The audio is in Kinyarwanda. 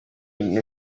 n’u